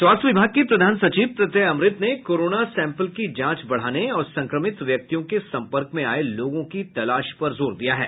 स्वास्थ्य विभाग के प्रधान सचिव प्रत्यय अमृत ने कोरोना सैम्पल की जांच बढ़ाने और संक्रमित व्यक्तियों के सम्पर्क में आये लोगों की तलाश पर जोर दिया है